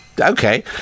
okay